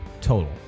Total